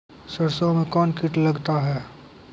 सरसों मे कौन कीट लगता हैं?